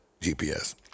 GPS